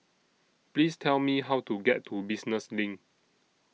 Please Tell Me How to get to Business LINK